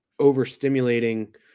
overstimulating